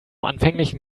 anfänglichen